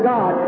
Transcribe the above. God